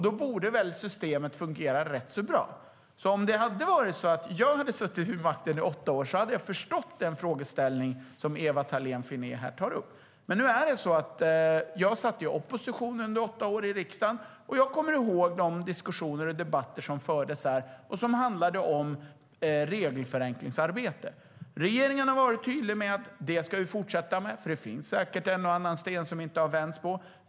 Då borde systemet fungera rätt så bra. Hade jag suttit vid makten i åtta år hade jag förstått den frågeställning som Ewa Thalén Finné tar upp. Men jag satt i opposition under åtta år, och jag kommer ihåg de diskussioner och debatter som fördes här och som handlade om regelförenklingsarbete. Regeringen har varit tydlig med att vi ska fortsätta med det. Det finns säkert en och annan sten som inte har vänts på.